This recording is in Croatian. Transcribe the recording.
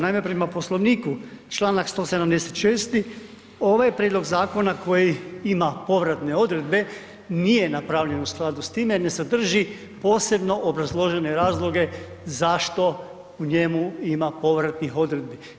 Naime, prema Poslovniku, Članak 176. ovaj prijedlog zakona koji ima povratne odredbe nije napravljen u skladu s time, ne sadrži posebno obrazložene razloge zašto u njemu ima povratnih odredbi.